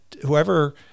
whoever